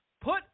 put